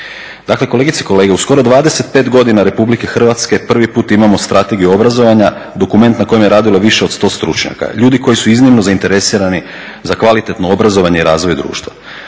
Dakle kolegice i kolege, u skoro 25 godina Republike Hrvatske prvi put imamo strategiju obrazovanja, dokument na kojem je radilo više od 100 stručnjaka, ljudi koji su iznimno zainteresirani za kvalitetno obrazovanje i razvoj društva.